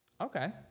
okay